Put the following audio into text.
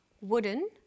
Wooden